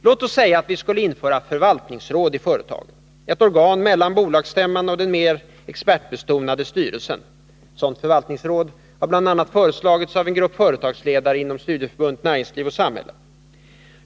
Låt säga att vi skulle införa förvaltningsråd i företagen — ett organ mellan bolagsstämman och den mer expertbetonade styrelsen. Ett sådan förvaltningsråd har föreslagits bl.a. av en grupp företagsledare inom Studieförbundet Näringsliv och samhälle.